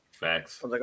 facts